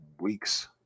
weeks